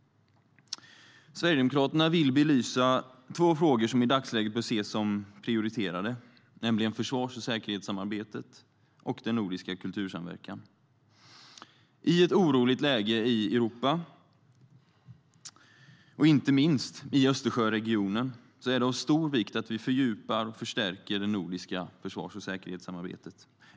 Sverigedemokraterna vill belysa två frågor som i dagsläget bör ses som prioriterade, nämligen försvars och säkerhetssamarbetet samt den nordiska kultursamverkan. I ett oroligt läge i Europa och inte minst i Östersjöregionen är det av stor vikt att vi fördjupar och förstärker det nordiska försvars och säkerhetssamarbetet.